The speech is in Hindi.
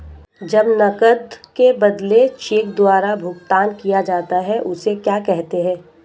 जब नकद के बदले चेक द्वारा भुगतान किया जाता हैं उसे क्या कहते है?